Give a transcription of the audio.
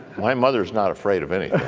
my mother is not afraid of anyone.